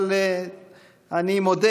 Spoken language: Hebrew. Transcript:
אבל אני מודה